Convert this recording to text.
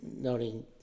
Noting